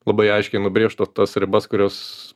labai aiškiai nubrėžtų tas ribas kurios